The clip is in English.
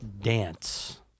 dance